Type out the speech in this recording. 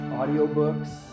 audiobooks